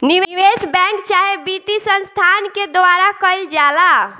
निवेश बैंक चाहे वित्तीय संस्थान के द्वारा कईल जाला